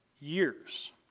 years